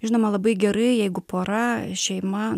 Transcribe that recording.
žinoma labai gerai jeigu pora šeima